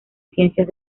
ciencias